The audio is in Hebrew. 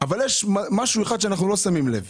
אבל, יש משהו אחד שאנחנו לא שמים לב.